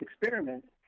experiment